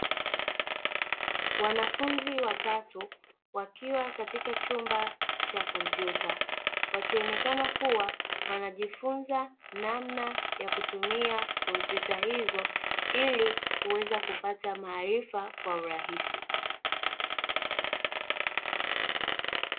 Wanafunzi watatu wakiwa katika chumba cha kompyuta wakionekana kuwa wanajifunza namna ya kutumia kompyuta hizo ili kupata maarifa kwa urahisi.